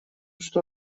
что